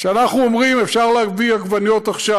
כשאנחנו אומרים: אפשר להביא עגבניות עכשיו,